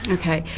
okay.